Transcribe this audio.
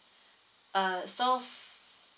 uh so